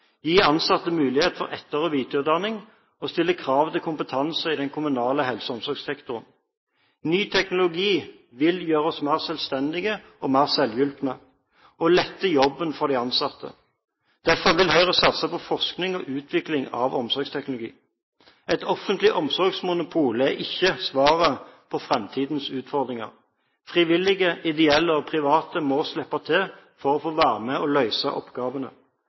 gi ansatte mulighet for etter- og videreutdanning og stille krav til kompetanse i den kommunale helse- og omsorgssektoren. Ny teknologi vil gjøre oss mer selvstendige og mer selvhjulpne, og lette jobben for de ansatte. Derfor vil Høyre satse på forskning og utvikling av omsorgsteknologi. Et offentlig omsorgsmonopol er ikke svaret på fremtidens utfordringer. Frivillige, ideelle og private må slippe til for å få være med på å løse oppgavene.